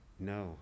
no